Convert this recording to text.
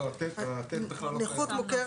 לא, (ט) בכלל לא קיים.